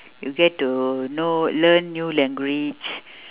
you get to know learn new language